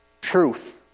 Truth